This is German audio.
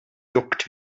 juckt